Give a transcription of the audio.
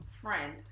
friend